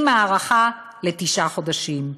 עם הארכה לתשעה חודשים.